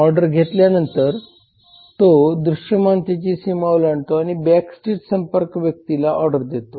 order घेतल्यानंतर तो दृश्यमानतेची सीमा ओलांडतो आणि बॅकस्टेज संपर्क व्यक्तीला ऑर्डर देतो